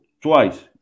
twice